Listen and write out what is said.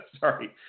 Sorry